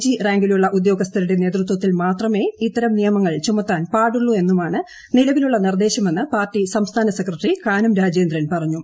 G റാങ്കിലുള്ള ഉദ്യോഗസ്ഥരുടെ നേതൃത്വത്തിൽ മാത്രമേ ഇത്തരം നിയമങ്ങൾ ചുമത്താൻ പാടുള്ളൂവെന്നുമാണ് നിലവിലുള്ള നിർദ്ദേശമെന്ന് പാർട്ടി സംസ്ഥാന സെക്രട്ടറി കാനം രാജേന്ദ്രൻ പറഞ്ഞു